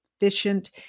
efficient